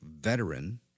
veteran